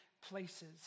places